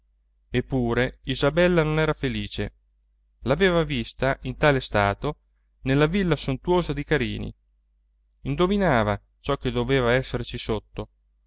pure isabella non era felice l'aveva vista in tale stato nella villa sontuosa di carini indovinava ciò che doveva esserci sotto